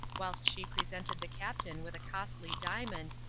whilst she presented the captain with a costly diamond,